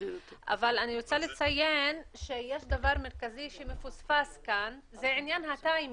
אבל אני רוצה לציין שיש דבר מרכזי שמפוספס כאן - עניין הטיימינג,